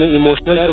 emotional